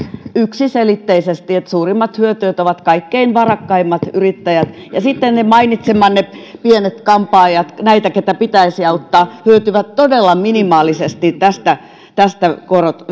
yksiselitteisesti että suurimmat hyötyjät ovat kaikkein varakkaimmat yrittäjät ja että ne mainitsemanne pienet kampaajat nämä joita pitäisi auttaa hyötyvät sitten todella minimaalisesti tästä tästä